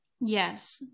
Yes